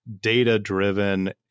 data-driven